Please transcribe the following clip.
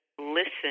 listen